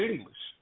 English